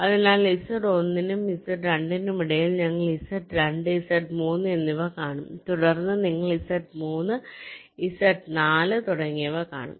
അതിനാൽ Z1 നും Z2 നും ഇടയിൽ ഞങ്ങൾ Z2 Z3 എന്നിവ കാണും തുടർന്ന് നിങ്ങൾ Z3 Z4 തുടങ്ങിയവ കാണും